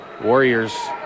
Warriors